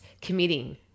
committing